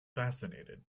fascinated